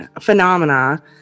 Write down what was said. phenomena